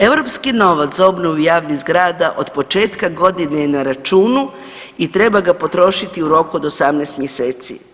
Europski novac za obnovu javnih zgrada od početka godine je na računu i treba ga potrošiti u roku od 18 mjeseci.